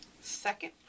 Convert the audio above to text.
Second